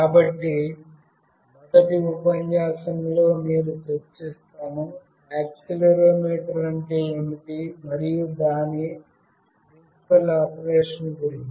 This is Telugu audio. కాబట్టి మొదటి ఉపన్యాసంలోనేను చర్చిస్తాను యాక్సిలెరోమీటర్ అంటే ఏమిటి మరియు దాని ప్రిన్సిపల్ ఆపరేషన్ గురించి